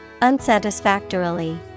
Unsatisfactorily